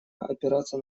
опираться